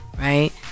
right